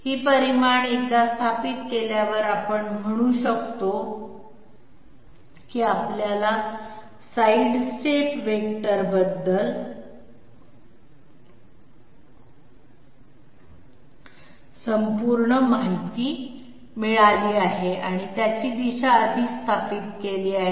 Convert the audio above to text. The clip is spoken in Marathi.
ही परिमाण एकदा स्थापित केल्यावर आपण म्हणू की आपल्याला साइडस्टेप वेक्टरबद्दल संपूर्ण माहिती मिळाली आहे त्याची दिशा आधीच स्थापित केली आहे